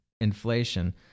inflation